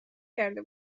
کرده